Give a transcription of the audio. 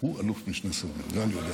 הוא אלוף משנה סדיר, את זה אני יודע.